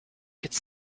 could